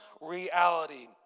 reality